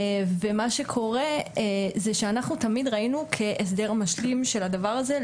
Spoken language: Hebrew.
ומה שקורה זה שאנחנו תמיד ראינו כהסדר משלים של הדבר הזה,